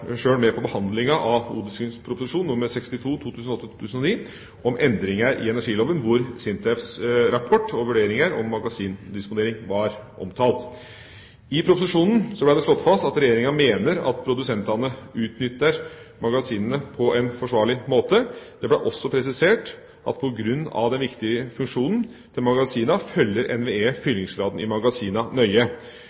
sjøl med på behandlinga av Ot.prp. nr. 62 for 2008–2009 om endringer i energiloven, hvor SINTEFs rapport og vurderinger av magasindisponering var omtalt. I proposisjonen ble det slått fast at Regjeringa mener at produsentene utnytter magasinene på en forsvarlig måte. Det ble også presisert at på grunn av den viktige funksjonen til magasinene følger NVE